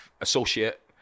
associate